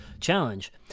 challenge